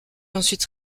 ensuite